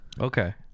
okay